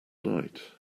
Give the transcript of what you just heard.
night